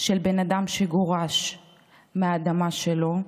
של בן אדם שגורש מהאדמה שלו.